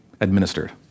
administered